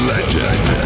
Legend